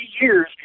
years